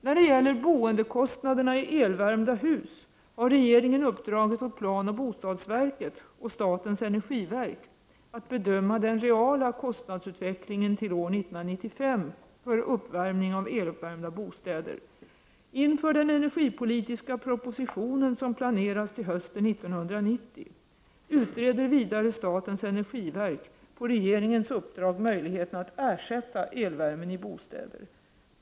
När det gäller boendekostnaderna i elvärmda hus har regeringen uppdragit åt planoch bostadsverket och statens energiverk att bedöma den reala kostnadsutvecklingen till år 1995 för uppvärmning av eluppvärmda bostäder. Inför den energipolitiska propositionen som planeras till hösten 1990 utreder vidare statens energiverk på regeringens uppdrag möjligheterna att ersätta elvärmen i bostäderna.